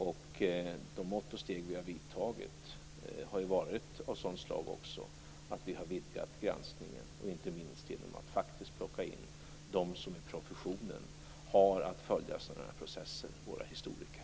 De mått och steg vi har vidtagit har också varit av ett sådant slag att vi har vidgat granskningen, inte minst genom att plocka in dem som i professionen har att följa sådana här processer - våra historiker.